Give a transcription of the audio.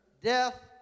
death